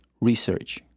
research